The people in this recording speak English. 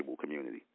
community